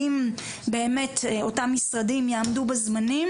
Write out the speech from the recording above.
אם באמת אותם משרדים יעמדו בזמנים,